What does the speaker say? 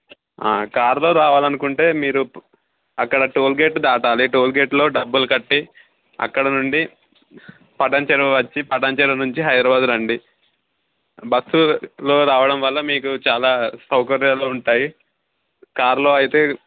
కారులో రావాలనుకుంటే మీరు అక్కడ టోల్గేట్ దాటాలి టోల్గేట్లో డబ్బులు కట్టి అక్కడ నుండి పటాన్ చెరువు వచ్చి పటాన్ చెరువు నుంచి హైదరాబాదు రండి బస్సులో రావడం వల్ల మీకు చాలా సౌకర్యాలు ఉంటాయి కారులో అయితే